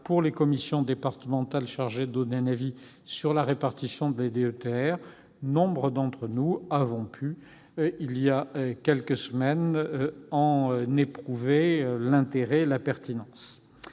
pour les commissions départementales chargées de donner un avis sur la répartition de la DETR. Nombre d'entre nous ont pu, voilà quelques semaines, en éprouver l'intérêt et la pertinence.